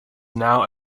now